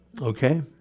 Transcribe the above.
Okay